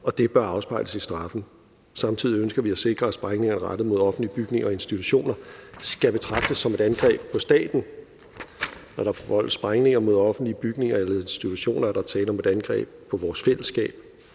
det bør afspejles i straffen. Samtidig ønsker vi at sikre, at sprængninger rettet mod offentlige bygninger og institutioner skal betragtes som et angreb på staten. Når der forvoldes sprængninger mod offentlige bygninger eller institutioner, er der tale om et angreb på vores fællesskab,